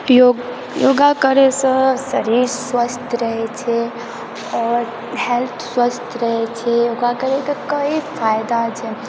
योग योगा करैसँ शरीर स्वस्थ रहै छै आओर हेल्थ स्वस्थ रहै छै योगा करैके कइ फायदा छै